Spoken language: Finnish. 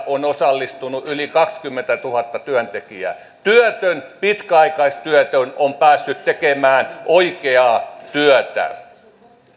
on osallistunut yli kaksikymmentätuhatta työntekijää työtön pitkäaikaistyötön on päässyt tekemään oikeaa työtä